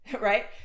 right